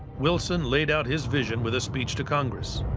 wilson laid out his vision with a speech to congress.